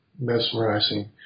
mesmerizing